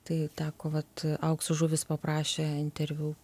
tai teko vat aukso žuvys paprašė interviu